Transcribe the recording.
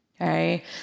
okay